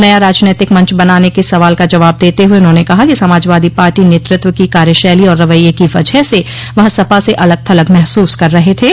नया राजनैतिक मंच बनाने के सवाल का जवाब देते हुए उन्होंने कहा कि समाजवादी पार्टी नेतृत्व की कार्यशैली और रवैये की वजह से वह सपा में अलग थलग महसूस कर रहे थे